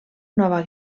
nova